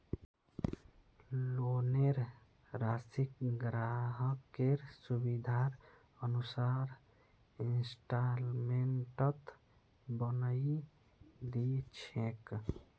लोनेर राशिक ग्राहकेर सुविधार अनुसार इंस्टॉल्मेंटत बनई दी छेक